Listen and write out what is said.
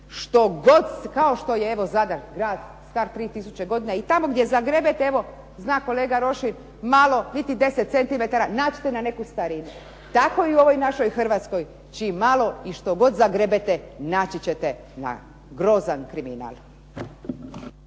što god, kao što je evo Zadar grad star 3000 godina i tamo gdje zagrebete evo zna kolega Rošin, malo niti 10 cm naići ćete na neku starinu. Tako i u ovoj našoj Hrvatskoj čim malo i što god zagrebete naići ćete na grozan kriminal.